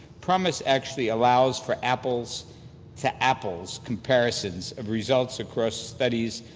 promis actually allows for apples to apples comparisons of results across studies,